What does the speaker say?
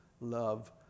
love